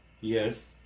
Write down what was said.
Yes